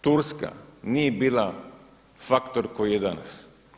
Turska nije bila faktor koji je danas.